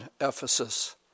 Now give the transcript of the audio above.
Ephesus